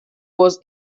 was